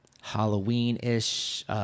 Halloween-ish